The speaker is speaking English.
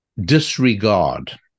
disregard